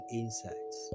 insights